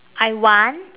I want